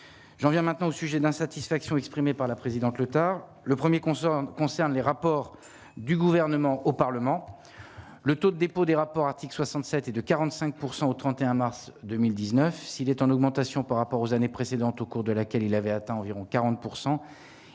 j'en viens maintenant au sujet d'insatisfaction exprimée par la présidente Leuthard le 1er concerne concerne les rapports du gouvernement au Parlement, le taux de dépôt des rapports article 67 et de 45 pourcent au 31 mars 2019, s'il est en augmentation par rapport aux années précédentes, au cours de laquelle il avait atteint environ 40